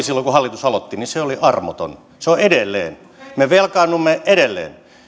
silloin kun hallitus aloitti se oli armoton ja se on edelleen me velkaannumme edelleen